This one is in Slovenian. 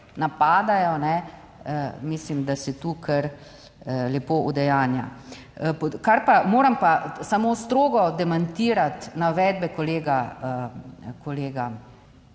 napadajo, mislim, da se tu kar lepo udejanja. Moram pa samo strogo demantirati navedbe kolega iz